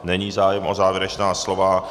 Není zájem o závěrečná slova.